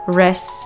rest